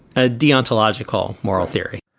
a deontological moral theory,